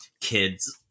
kids